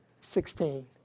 sixteen